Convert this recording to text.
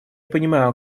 понимаю